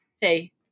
Hey